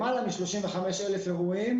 למעלה מ-35,000 אירועים.